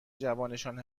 جوانشان